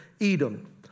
Edom